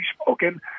spoken